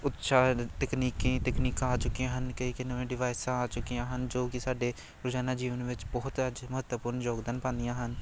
ਉਤਸ਼ਾਹਿਤ ਤਕਨੀਕੀ ਤਕਨੀਕਾਂ ਆ ਚੁੱਕੀਆਂ ਹਨ ਕਈ ਕਈ ਨਵੇਂ ਡਿਵਾਈਸਾਂ ਆ ਚੁੱਕੀਆਂ ਹਨ ਜੋ ਕਿ ਸਾਡੇ ਰੋਜ਼ਾਨਾ ਜੀਵਨ ਵਿੱਚ ਬਹੁਤ ਮਹੱਤਵਪੂਰਨ ਯੋਗਦਾਨ ਪਾਉਂਦੀਆਂ ਹਨ